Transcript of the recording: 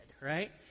right